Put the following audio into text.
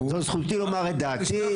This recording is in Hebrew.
זו זכותי לומר את דעתי.